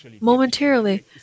momentarily